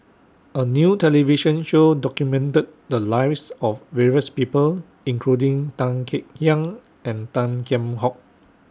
A New television Show documented The Lives of various People including Tan Kek Hiang and Tan Kheam Hock